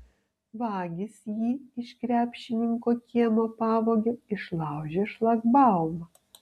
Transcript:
vagys jį iš krepšininko kiemo pavogė išlaužę šlagbaumą